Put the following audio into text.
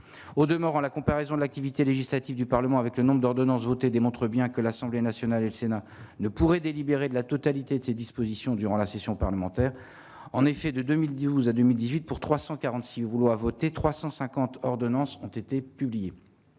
au demeurant la comparaison de l'activité législative du Parlement avec le nombre d'ordonnances démontre bien que l'Assemblée nationale et le Sénat ne pourrait délibéré de la totalité de ses dispositions durant la session parlementaire en effet de 2012 à 2018 pour 346 vous voter 350 ordonnances ont été publiées